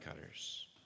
cutters